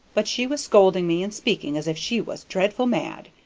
but she was scolding me and speaking as if she was dreadful mad.